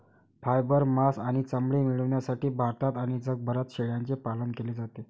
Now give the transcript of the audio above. fibre, मांस आणि चामडे मिळविण्यासाठी भारतात आणि जगभरात शेळ्यांचे पालन केले जाते